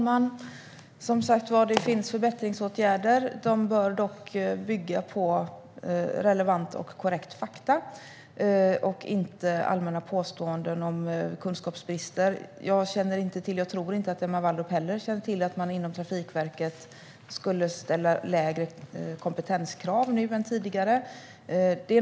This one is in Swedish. Herr talman! Det finns utrymme för förbättringsåtgärder. De bör dock bygga på relevanta och korrekta fakta, inte allmänna påståenden om kunskapsbrister. Jag känner inte till, och jag tror inte heller att Emma Wallrup känner till, att man inom Trafikverket nu skulle ställa lägre kompetenskrav än tidigare.